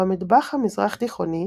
במטבח המזרח-תיכוני,